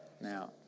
Now